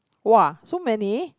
!wah! so many